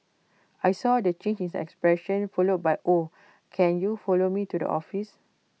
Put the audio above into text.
I saw the change in expression followed by oh can you follow me to the office